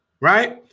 right